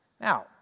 Now